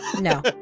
No